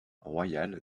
royal